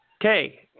Okay